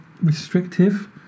restrictive